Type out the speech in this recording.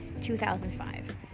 2005